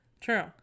True